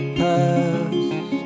past